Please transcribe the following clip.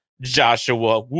Joshua